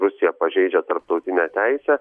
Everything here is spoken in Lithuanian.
rusija pažeidžia tarptautinę teisę